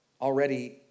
Already